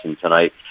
tonight